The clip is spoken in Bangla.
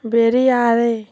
বের আর রে